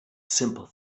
simple